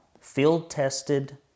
field-tested